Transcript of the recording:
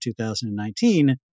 2019